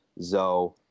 Zoe